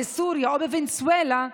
בסוריה או בוונצואלה,